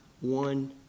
one